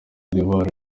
d’ivoire